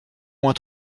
moins